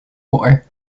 war